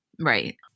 Right